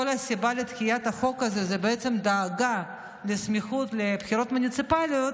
כל הסיבה לדחיית החוק הזה היא בעצם דאגה לסמיכות לבחירות מוניציפליות,